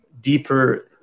deeper